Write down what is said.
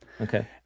Okay